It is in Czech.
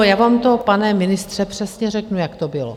Já vám to, pane ministře, přesně řeknu, jak to bylo.